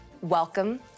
welcome